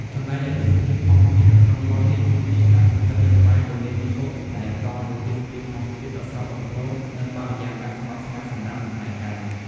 ចំណែកឯទេសភាពធម្មជាតិនៅក្នុងវត្តនេះមានទីតាំងស្ថិតនៅក្បែរទន្លេមេគង្គ ដែលផ្តល់នូវទេសភាពធម្មជាតិដ៏ស្រស់បំព្រង និងបរិយាកាសស្ងប់ស្ងាត់សម្រាប់លំហែកាយ ។